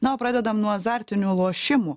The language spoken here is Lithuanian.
na o pradedam nuo azartinių lošimų